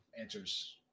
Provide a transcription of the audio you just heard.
answers